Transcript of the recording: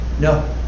No